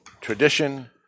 tradition